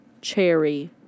Cherry